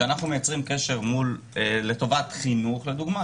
כשאנחנו מייצרים קשר לטובת חינוך לדוגמה,